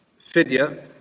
fidya